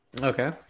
Okay